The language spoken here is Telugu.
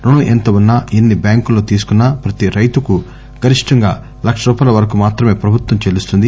రుణం ఎంత ఉన్నా ఎన్ని బ్యాంకుల్లో తీసుకున్నా ప్రతి రైతుకు గరిష్టంగా లక్ష రూపాయల వరకు మాత్రమే ప్రభుత్వం చెల్లిస్తుంది